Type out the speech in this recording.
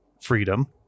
freedom